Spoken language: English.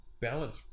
balance